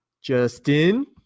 Justin